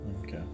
okay